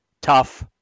tough